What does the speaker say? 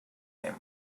him